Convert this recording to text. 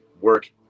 work